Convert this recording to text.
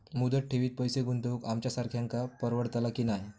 मुदत ठेवीत पैसे गुंतवक आमच्यासारख्यांका परवडतला की नाय?